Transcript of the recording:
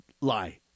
lie